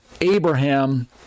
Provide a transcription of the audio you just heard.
Abraham